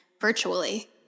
virtually